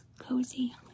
Cozy